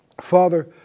Father